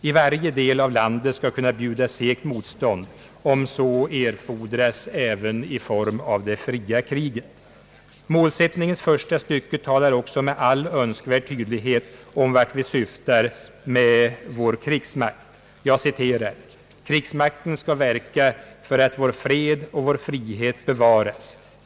I varje del av landet skall kunna bjudas segt motstånd, om så erfordras även i form av det fria kriget.» Målsättningens första stycke talar också med all önskvärd tydlighet om vart vi syftar med vår krigsmakt. »Krigsmakten skall verka för att vår fred och vår frihet bevaras.